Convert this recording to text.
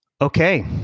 Okay